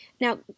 Now